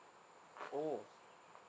oh